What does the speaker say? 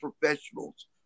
professionals